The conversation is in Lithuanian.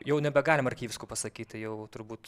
jau nebegalim arkivyskupas sakyti jau turbūt